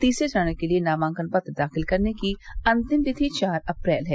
तीर्सरे चरण के लिये नामांकन पत्र दाखिल करने की अंतिम तिथि चार अप्रैल है